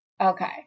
Okay